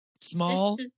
Small